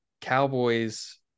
Cowboys